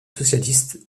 socialiste